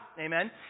Amen